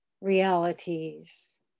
realities